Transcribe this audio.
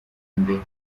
mbere